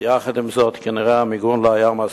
יחד עם זאת, כנראה המיגון לא היה מספיק,